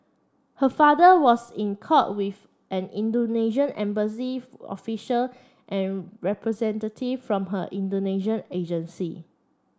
her father was in court with an Indonesian embassy official and representative from her Indonesian agency